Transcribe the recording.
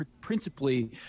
principally